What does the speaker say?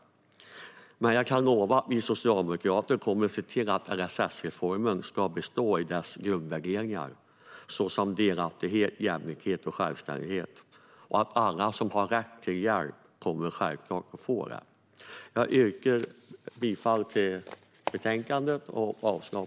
Men jag kan lova att vi socialdemokrater kommer att se till att LSS-reformens grundvärderingar ska bestå - delaktighet, jämlikhet och självständighet - och att alla som har rätt till hjälp självklart kommer att få det. Jag yrkar bifall till utskottets förslag.